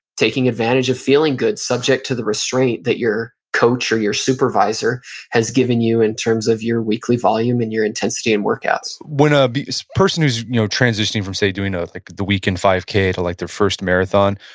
taking advantage of feeling good subject to the restraint that your coach or your supervisor has given you in terms of your weekly volume and your intensity in workouts when a person who's you know transitioning from say doing like the weekend five k to like their first marathon,